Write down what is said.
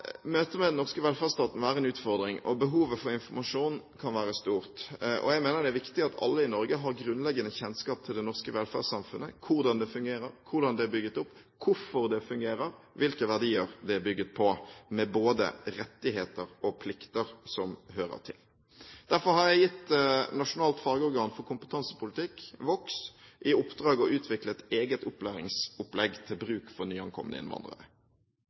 møtet med den norske velferdsstaten være en utfordring, og behovet for informasjon kan være stort. Jeg mener det er viktig at alle i Norge har grunnleggende kjennskap til det norske velferdssamfunnet – hvordan det fungerer, hvordan det er bygd opp, hvorfor det fungerer, hvilke verdier det er bygd på – med både rettigheter og plikter som hører til. Derfor har jeg gitt Vox, nasjonalt fagorgan for kompetansepolitikk, i oppdrag å utvikle et eget opplæringsopplegg til bruk for nyankomne innvandrere.